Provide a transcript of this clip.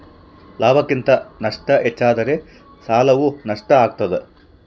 ಲಾಭಕ್ಕಿಂತ ನಷ್ಟ ಹೆಚ್ಚಾದರೆ ಸಾಲವು ನಷ್ಟ ಆಗ್ತಾದ